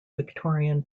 victorian